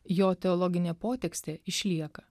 jo teologinė potekstė išlieka